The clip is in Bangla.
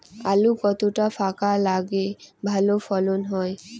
আলু কতটা ফাঁকা লাগে ভালো ফলন হয়?